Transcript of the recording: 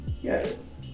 Yes